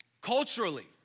culturally